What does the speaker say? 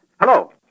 Hello